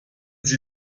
sie